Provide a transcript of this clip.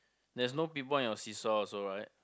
there's no people on your see saw also right